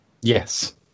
Yes